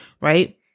right